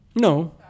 No